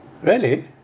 really